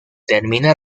termina